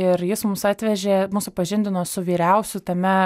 ir jis mus atvežė mus supažindino su vyriausiu tame